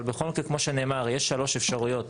אבל בכל מקרה כמו שנאמר יש שלוש אפשרויות.